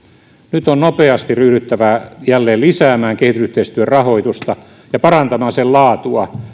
nyt on nopeasti ryhdyttävä jälleen lisäämään kehitysyhteistyörahoitusta ja parantamaan sen laatua